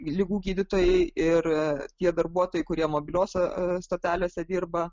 ligų gydytojai ir tie darbuotojai kurie mobiliose stotelėse dirba